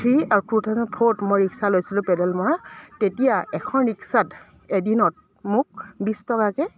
three আৰু two thousand ফ'ৰত মই ৰিক্সা লৈছিলোঁ পেডেল মৰা তেতিয়া এখন ৰিক্সাত এদিনত মোক বিছ টকাকৈ